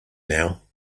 now